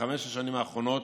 בחמש השנים האחרונות